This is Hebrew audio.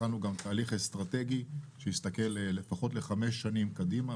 התחלנו גם תהליך אסטרטגי שיסתכל לפחות לחמש שנים קדימה,